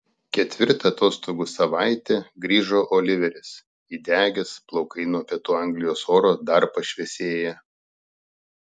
ketvirtą atostogų savaitę grįžo oliveris įdegęs plaukai nuo pietų anglijos oro dar pašviesėję